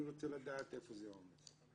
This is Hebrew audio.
אני רוצה לדעת איפה זה עומד.